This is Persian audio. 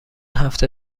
هفته